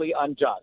unjust